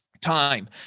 Time